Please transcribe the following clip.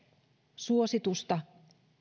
suositusta